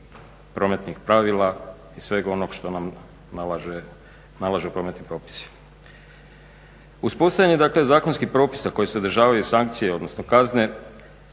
prometnih pravila i svega onoga što nam nalažu prometni propisi. Uspostavljanje zakonskih propisa koji sadržavaju sankcije odnosno kazne